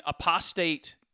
apostate